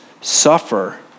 suffer